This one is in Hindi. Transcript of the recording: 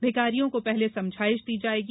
भिखारियों को पहले समझाइश दी जाएगी